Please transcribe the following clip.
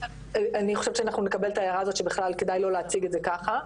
אני חושבת שאנחנו נקבל את ההערה הזאת שבכלל כדאי לא להציג את זה ככה,